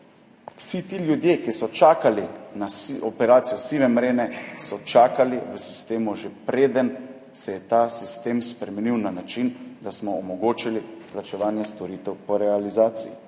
Vsi ti ljudje, ki so čakali na operacijo sive mrene, so čakali v sistemu, že preden se je ta sistem spremenil na način, da smo omogočili plačevanje storitev po realizaciji.